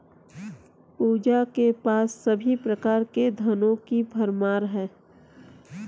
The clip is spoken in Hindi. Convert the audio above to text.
पूजा के पास सभी प्रकार के धनों की भरमार है